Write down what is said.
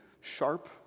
sharp